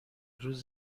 روز